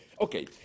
okay